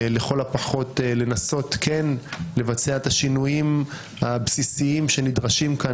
לכל הפחות צריך לנסות כן לבצע את השינויים הבסיסיים שנדרשים כאן.